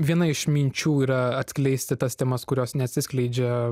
viena iš minčių yra atskleisti tas temas kurios neatsiskleidžia